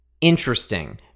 interesting